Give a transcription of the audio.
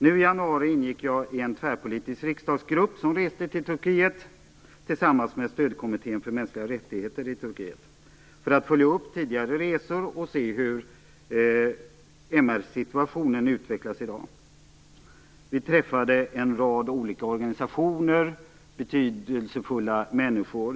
Nu i januari ingick jag i en tvärpolitisk riksdagsgrupp som reste till Turkiet tillsammans med Stödkommittén för mänskliga rättigheter i Turkiet för att följa upp tidigare resor och se hur MR-situationen utvecklas i dag. Vi träffade en rad olika organisationer och betydelsefulla människor.